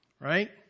Right